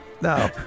no